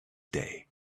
day